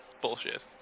Bullshit